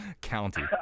county